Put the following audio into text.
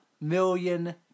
million